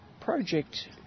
project